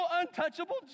untouchable